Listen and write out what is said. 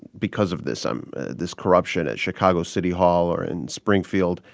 because of this um this corruption at chicago city hall or in springfield,